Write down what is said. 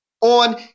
on